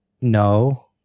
No